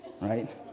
Right